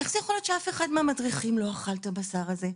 איך יכול להיות שאף אחד מהמדריכים לא אכל את הבשר הזה?